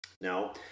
Now